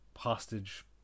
hostage